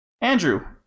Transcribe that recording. andrew